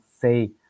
say